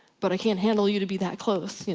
but i can't handle you to be that close. you